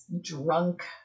drunk